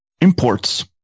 imports